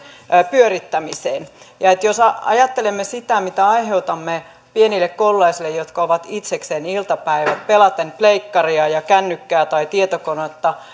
pyörittämiseen ja jos ajattelemme sitä mitä aiheutamme pienille koululaisille jotka ovat itsekseen iltapäivät pelaten pleikkaria ja kännykkää tai tietokonetta